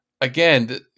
again